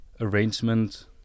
arrangement